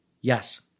Yes